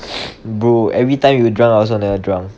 bro every time you drunk I also never drunk